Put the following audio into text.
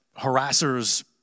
harassers